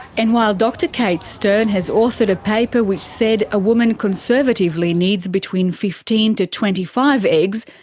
and while dr kate stern has authored a paper which said a woman conservatively needs between fifteen to twenty five eggs,